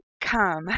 come